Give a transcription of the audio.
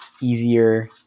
easier